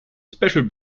special